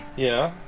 yeah